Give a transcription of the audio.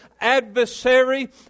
adversary